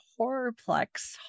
horrorplex